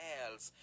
else